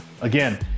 Again